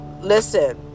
listen